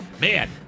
Man